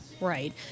right